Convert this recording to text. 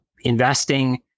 investing